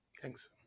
thanks